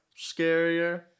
scarier